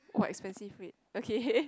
quite expensive wait okay